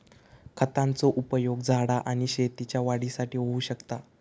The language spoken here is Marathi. खतांचो उपयोग झाडा आणि शेतीच्या वाढीसाठी होऊ शकता